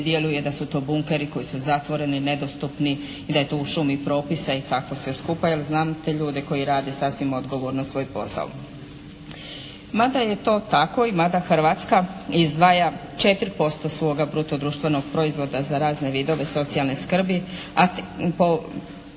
djeluje, da su to bunkeri koji su zatvoreni, nedostupni i da je to u šumi propisa i tako sve skupa jer znam te ljude koji rade sasvim odgovorno svoj posao. Mada je to tako i mada Hrvatska izdvaja 4% svoga bruto društvenog proizvoda za razne vidove socijalne skrbi, po